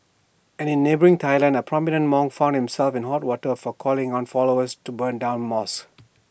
and in neighbouring Thailand A prominent monk found himself in hot water for calling on followers to burn down mosques